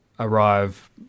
arrive